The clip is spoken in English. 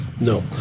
No